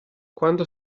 quando